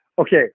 Okay